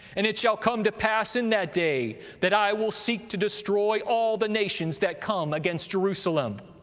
and it shall come to pass in that day, that i will seek to destroy all the nations that come against jerusalem.